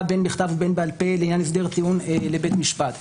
בין בכתב ובין בעל פה לעניין הסדר טיעון לבית משפט.